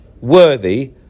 worthy